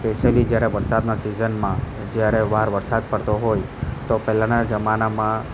specially જ્યારે વરસાદના સિઝનમાં જ્યારે બહાર વરસાદ પડતો હોય તો પહેલાના જમાનામાં